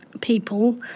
people